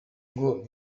ngo